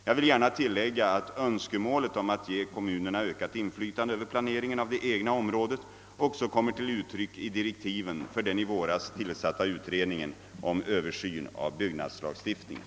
Jag vill gärna tillägga att önskemålet om att ge kommunerna ökat inflytande över planeringen av det egna området också kommer till uttryck i direktiven för den i våras tillsatta utredningen om översyn av byggnadslagstiftningen.